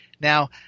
Now